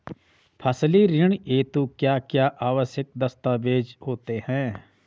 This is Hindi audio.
फसली ऋण हेतु क्या क्या आवश्यक दस्तावेज़ होते हैं?